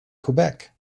quebec